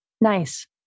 Nice